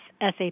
SAP